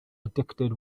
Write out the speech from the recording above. addicted